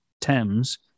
Thames